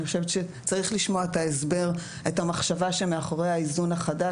אני חושבת שצריך לשמוע את המחשבה שמאחורי האיזון החדש,